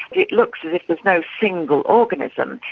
it looks as if there's no single organism.